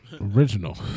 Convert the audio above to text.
original